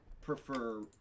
prefer